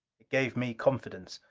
it gave me confidence.